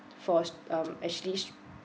for um Ashely's